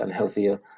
unhealthier